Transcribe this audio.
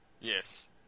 Yes